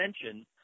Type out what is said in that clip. attention